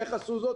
איך עשו זאת?